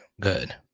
good